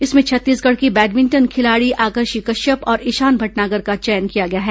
इसमें छत्तीसगढ़ की बैडमिंटन खिलाड़ी आकर्षि कश्यप और ईशान भटनागर का चयन किया गया है